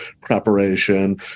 preparation